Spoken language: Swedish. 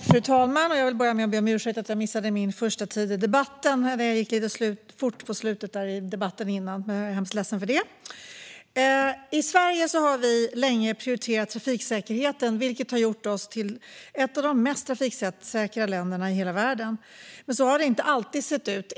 Fru talman! I Sverige har vi länge prioriterat trafiksäkerheten, vilket har gjort oss till ett av de mest trafiksäkra länderna i hela världen. Så har det dock inte alltid sett ut.